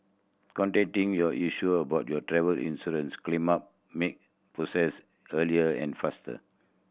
contacting your insurer about your travel insurance claim up help make process easier and faster